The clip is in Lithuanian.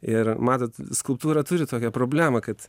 ir matot skulptūra turi tokią problemą kad